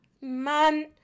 man